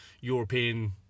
European